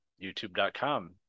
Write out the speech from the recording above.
youtube.com